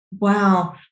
Wow